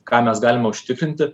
ką mes galime užtikrinti